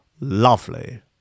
lovely